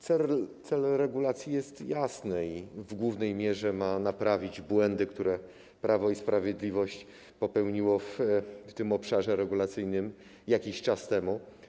Cel regulacji jest jasny i w głównej mierze ma naprawić błędy, które Prawo i Sprawiedliwość popełniło w obszarze regulacyjnym jakiś czas temu.